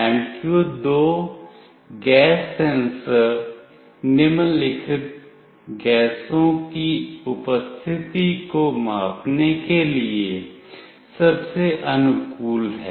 MQ2 gas sensor निम्नलिखित गैसों की उपस्थिति को मापने के लिए सबसे अनुकूल है